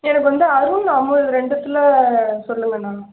எனக்கு வந்து அருண் அமுல் ரெண்டுத்தில் சொல்லுங்கண்ணா